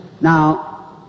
Now